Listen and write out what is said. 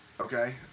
Okay